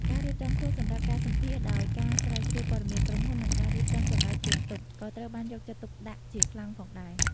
ការរៀបចំខ្លួនសម្រាប់ការសម្ភាសន៍ ដោយការស្រាវជ្រាវព័ត៌មានក្រុមហ៊ុន និងការរៀបចំចម្លើយត្រៀមទុក ក៏ត្រូវបានយកចិត្តទុកដាក់ជាខ្លាំងផងដែរ។